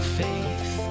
faith